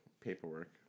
Paperwork